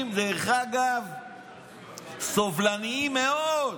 אנשים סובלניים מאוד,